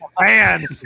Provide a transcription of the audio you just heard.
man